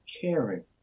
caring